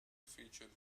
featured